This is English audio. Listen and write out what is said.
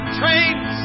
trains